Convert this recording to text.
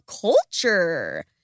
culture